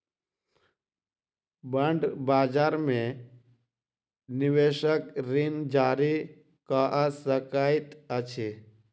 bond बजार में निवेशक ऋण जारी कअ सकैत अछि